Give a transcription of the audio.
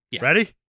Ready